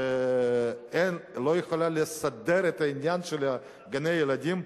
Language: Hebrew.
שלא יכולה לסדר את העניין של גני-הילדים,